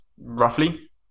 roughly